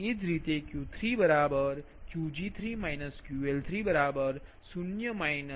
તે જ રીતે Q3 scheduled Qg3 QL3 બરાબર 0 45